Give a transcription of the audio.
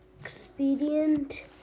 expedient